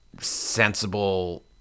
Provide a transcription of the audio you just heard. sensible